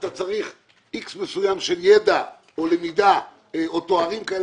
אתה צריך איקס מסוים של ידע או למידה או תארים כאלה